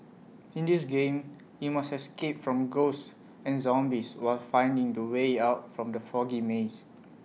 in this game you must escape from ghosts and zombies while finding the way out from the foggy maze